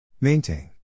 Maintain